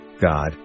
God